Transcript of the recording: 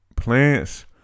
Plants